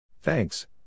Thanks